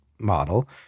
model